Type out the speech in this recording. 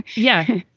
yeah.